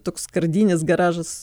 toks skardinis garažas